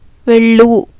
వెళ్ళు